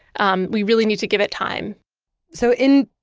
um we really need to give it time so in,